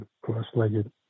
cross-legged